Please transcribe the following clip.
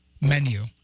menu